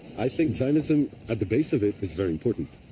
i think zionism, at the base of it, is very important.